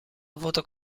avuto